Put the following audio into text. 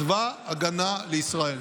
צבא ההגנה לישראל.